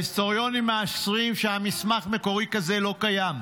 ההיסטוריונים מאשרים שמסמך מקורי כזה לא קיים.